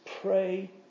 pray